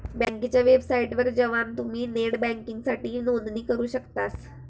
बँकेच्या वेबसाइटवर जवान तुम्ही नेट बँकिंगसाठी नोंदणी करू शकतास